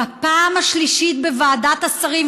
בפעם השלישית בוועדת השרים,